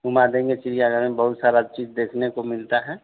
घुमा देंगे चिड़ियाघर में बहुत सारी चीज़ देखने को मिलती है